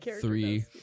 three